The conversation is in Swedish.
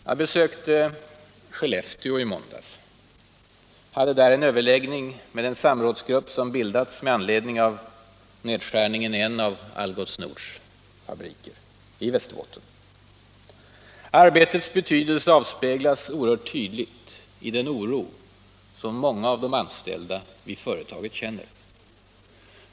Jag besökte Skellefteå i måndags och hade där bl.a. en överläggning med den samrådsgrupp som bildats med anledning av nedskärningen i en av Algots Nords fabriker i Västerbotten. Arbetets betydelse avspeglas oerhört tydligt i den oro som många av de anställda vid företaget känner.